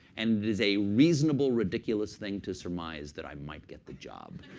and it is a reasonable, ridiculous thing to surmise that i might get the job.